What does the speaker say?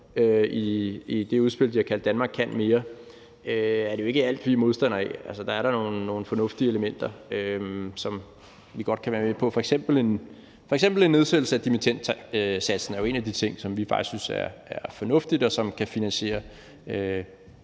i det udspil, de har kaldt »Danmark kan mere«, er det jo ikke alt, vi er modstandere af. Der er da nogle fornuftige elementer, som vi godt kan være med på. F.eks. er en nedsættelse af dimittendsatsen en af de ting, som vi faktisk synes er fornuftige, og som kan finansiere,